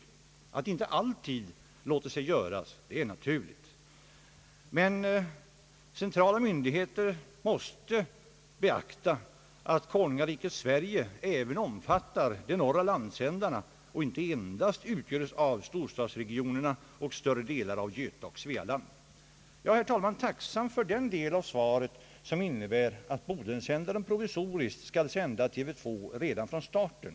Att detta inte alltid låter sig göra är naturligt, men centrala myndigheter måste beakta att konungariket Sverige även omfattar de norra landsändarna och icke endast utgörs av storstadsregionerna och större delar av Götaoch Svealand. Jag är, herr talman, tacksam för den del av svaret som innebär att Bodensändaren provisoriskt skall sända TV 2 redan från starten.